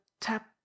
tap